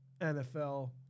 NFL